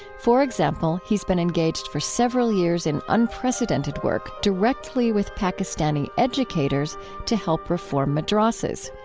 for example, he's been engaged for several years in unprecedented work directly with pakistani educators to help reform madrassas.